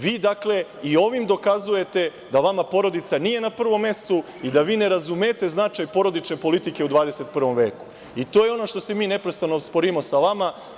Vi, dakle, i ovim dokazujete da vama porodica nije na prvom mestu i da vi ne razumete značaj porodične politike u 21. veku i to je ono što se mi neprestano sporimo sa vama.